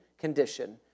condition